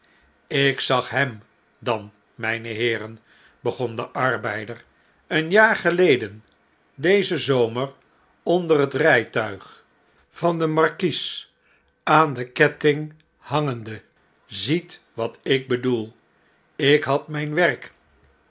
ik zag hem dan mrjne heeren begon de arbeider een jaar geleden dezen zomer onder het rjjtuig van den markies aan den ketting hangende ziet wat ik bedoel ik had mjjn werk